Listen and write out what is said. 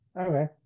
Okay